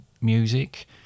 Music